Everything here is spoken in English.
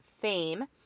Fame